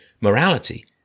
morality